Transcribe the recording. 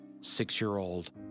six-year-old